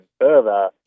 further